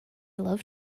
love